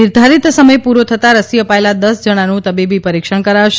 નિર્ધારીત સમય પૂરો થતાં રસી અપાયેલા દસ જણાનું તબીબી પરિક્ષણ કરાશે